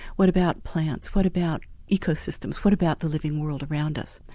what about plants, what about ecosystems what about the living world around us?